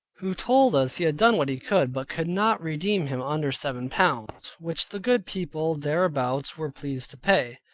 who told us he had done what he could, but could not redeem him under seven pounds, which the good people thereabouts were pleased to pay.